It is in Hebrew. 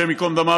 השם ייקום דמה,